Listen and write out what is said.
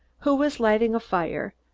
who was lighting a fire,